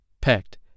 pecked